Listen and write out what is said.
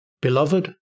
Beloved